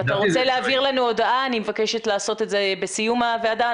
אם אתה רוצה להעביר לנו הודעה אני מבקשת לעשות את זה בסיום הוועדה.